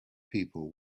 people